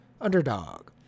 underdog